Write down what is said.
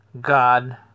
God